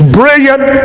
brilliant